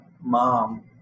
mom